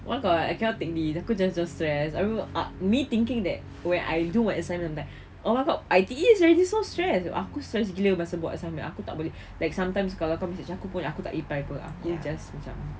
oh my god I cannot take this aku macam dah stress I remember ah me thinking that when I do my assignment like oh my god I_T_E is already so stress aku dah stress gila masa buat assignment aku tak boleh like sometimes kalau kau message aku aku tak reply apa-apa aku just macam